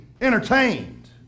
entertained